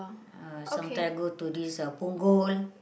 uh sometimes I go to this uh Punggol